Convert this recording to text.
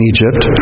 Egypt